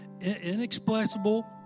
inexplicable